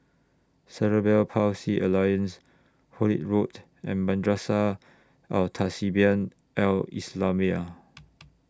Cerebral Palsy Alliance Hullet Road and Madrasah Al Tahzibiah Al Islamiah